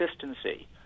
consistency